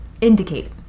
indicate